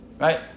right